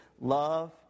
Love